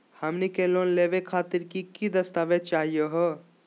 हमनी के लोन लेवे खातीर की की दस्तावेज चाहीयो हो?